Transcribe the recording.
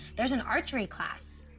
there's an archery class.